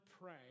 pray